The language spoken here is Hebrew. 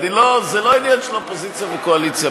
אבל אין ספק, חברת הכנסת לביא,